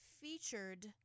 featured